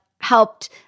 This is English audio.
helped